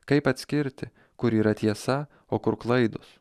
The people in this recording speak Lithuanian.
kaip atskirti kur yra tiesa o kur klaidos